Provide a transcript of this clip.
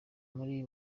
muri